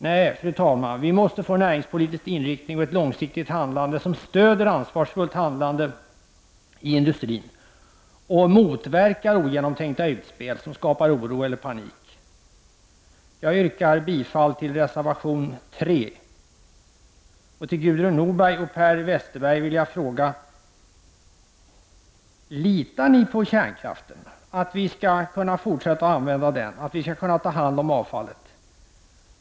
Nej, fru talman, vi måste få en näringspolitisk inriktning och ett långsiktigt handlande som stöder ett ansvarsfullt agerande i industrin och motverkar ogenomtänkta utspel som skapar oro eller panik. Jag yrkar bifall till reservation 3. Jag vill fråga Gudrun Norberg och Per Westerberg: Litar ni på kärnkraften och på att vi skall kunna fortsätta att använda den och kunna ta hand om avfallet?